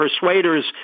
persuaders